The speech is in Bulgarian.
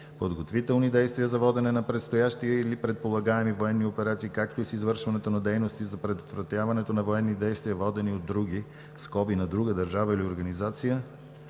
подготвителни действия за водене на предстоящи или предполагаеми военни операции, както и с извършването на дейности за предотвратяването на военни дейности, водени от други (на друга държава или организация)